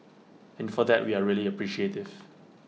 and for that we are really appreciative